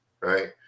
right